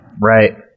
Right